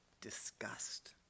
disgust